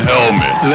Helmet